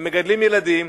הם מגדלים ילדים,